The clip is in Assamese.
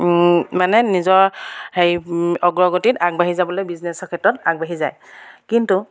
মানে নিজৰ হেৰি অগ্ৰগতিত আগবাঢ়ি যাবলৈ বিজনেছৰ ক্ষেত্ৰত আগবাঢ়ি যায় কিন্তু